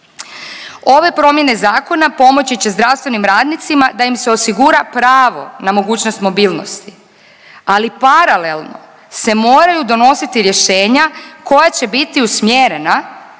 Ove promjene zakona pomoći će zdravstvenim radnicima da im se osigura pravo na mogućnost mobilnosti, ali paralelno se moraju donositi rješenja koja će biti usmjerena